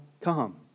come